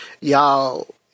Y'all